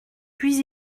puis